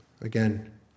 Again